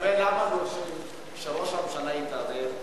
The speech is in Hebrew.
לגבי למה דורשים שראש הממשלה יתערב,